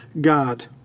God